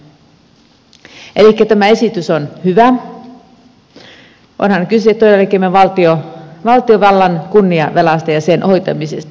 elikkä tämä esitys on hyvä onhan kyse todellakin meidän valtiovallan kunniavelasta ja sen hoitamisesta